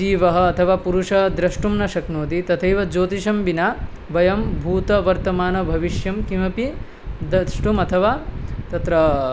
जीवः अथवा पुरुषः द्रष्टुं न शक्नोति तथैव ज्योतिषं विना वयं भूतवर्तमानभविष्यं किमपि द्रष्टुम् अथवा तत्र